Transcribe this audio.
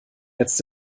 jetzt